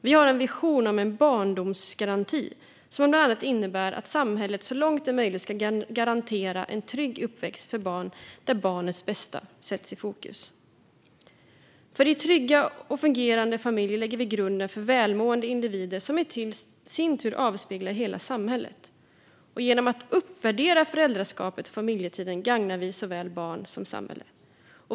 Vi har en vision om en barndomsgaranti som bland annat innebär att samhället, så långt det är möjligt, ska garantera en trygg uppväxt för barn och att barnets bästa sätts i fokus. I trygga och fungerande familjer lägger vi grunden för välmående individer som i sin tur avspeglar hela samhället. Genom att uppvärdera föräldraskapet och familjetiden gagnar vi såväl barn som samhälle.